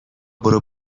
برو